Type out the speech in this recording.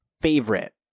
favorite